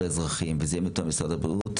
באזרחים וזה יהיה מתואם עם משרד הבריאות,